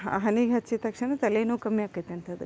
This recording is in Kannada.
ಹ ಹಣೆಗ್ ಹಚ್ಚಿದ ತಕ್ಷಣ ತಲೆನೋವ್ ಕಮ್ಮಿ ಆಗ್ತೈತಂತ ಅದಕ್ಕೆ